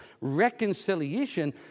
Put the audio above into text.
reconciliation